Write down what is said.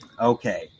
okay